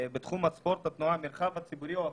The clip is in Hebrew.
בתחום הספורט, התנועה, המרחב הציבורי או הפרטי.